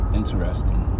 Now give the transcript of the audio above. interesting